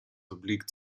obliegt